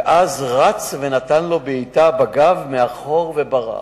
ואז רץ ונתן לו בעיטה בגב מאחור וברח.